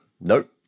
nope